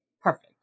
perfect